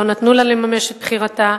לא נתנו לה לממש את בחירתה,